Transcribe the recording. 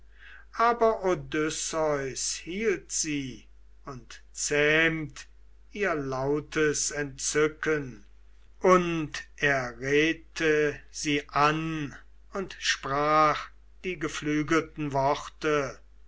aber odysseus hielt sie und zähmt ihr lautes entzücken und er redte sie an und sprach die geflügelten worte